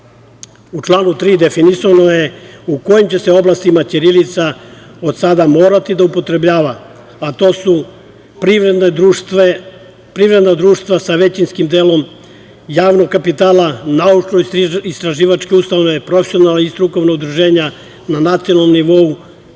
U članu 3. definisano je u kojim će oblastima ćirilica od sada morati da se upotrebljava, a to su privredna društva sa većinskim delom javnog kapitala, naučno-istraživačke ustanove, profesionalna i strukovna udruženja na nacionalnom nivou,